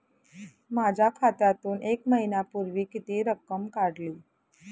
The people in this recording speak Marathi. माझ्या खात्यातून एक महिन्यापूर्वी किती रक्कम काढली?